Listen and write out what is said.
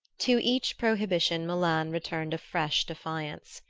to each prohibition milan returned a fresh defiance.